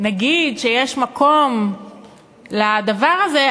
נגיד שיש מקום לדבר הזה,